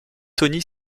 tony